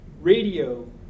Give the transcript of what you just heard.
radio